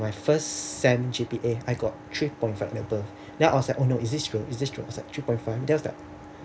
my first sem G_P_A I got three point five and above then I was like oh no is this true is this true I was like three point five that was like